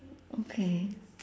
okay